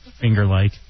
finger-like